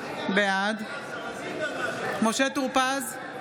בעד משה טור פז,